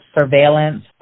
surveillance